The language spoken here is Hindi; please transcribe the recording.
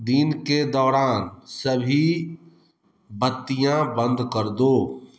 दिन के दौरान सभी बत्तियाँ बंद कर दो